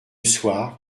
soir